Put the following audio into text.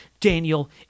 Daniel